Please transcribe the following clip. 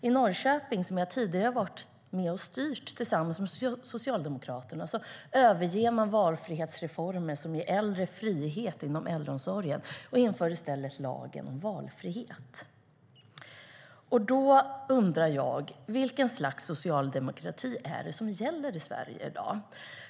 I Norrköping, som jag tidigare har varit med och styrt tillsammans med Socialdemokraterna, överger man valfrihetsreformer som ger äldre frihet inom äldreomsorgen och inför i stället lagen om valfrihet. Då undrar jag: Vilket slags socialdemokrati är det som gäller i Sverige i dag?